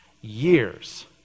years